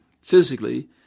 physically